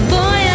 Boy